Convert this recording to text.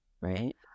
right